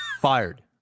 Fired